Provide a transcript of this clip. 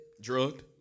Drugged